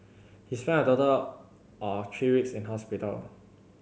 he spent a total of three weeks in hospital